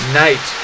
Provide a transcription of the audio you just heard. night